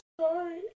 sorry